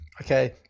okay